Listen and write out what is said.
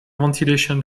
ventilation